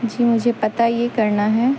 جی مجھے پتہ یہ کرنا ہے